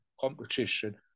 competition